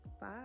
Bye